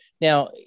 Now